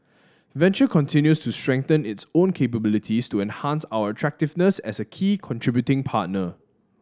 venture continues to strengthen its own capabilities to enhance our attractiveness as a key contributing partner